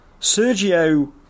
Sergio